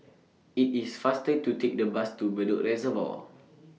IT IS faster to Take The Bus to Bedok Reservoir